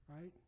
right